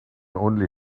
only